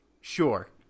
Sure